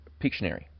Pictionary